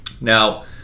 now